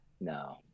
No